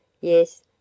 Yes